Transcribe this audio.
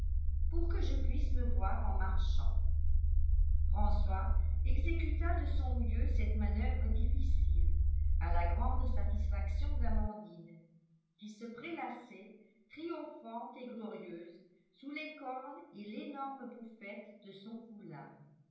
pour que je puisse me voir en marchant françois exécuta de son mieux cette manoeuvre difficile à la grande satisfaction d'amandine qui se prélassait triomphante et glorieuse sous les cornes et l'énorme bouffette de son foulard